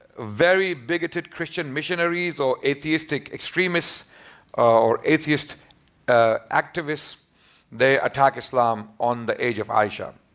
very bigoted christian missionaries or atheistic extremists or atheist ah activists they attack islam on the age of aisha